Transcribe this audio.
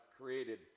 created